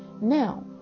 now